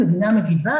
המדינה מגיבה,